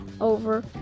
over